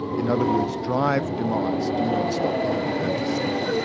in other words, drive demands do not stop when we go to sleep.